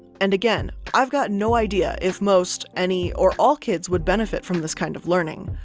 and again, i've got no idea if most, any, or all kids would benefit from this kind of learning,